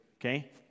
okay